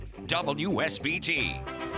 WSBT